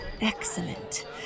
Excellent